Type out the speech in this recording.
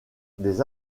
des